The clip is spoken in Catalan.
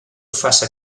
faça